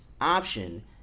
option